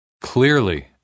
Clearly